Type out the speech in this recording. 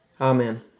Amen